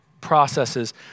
processes